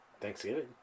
thanksgiving